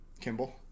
Kimball